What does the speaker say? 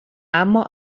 اما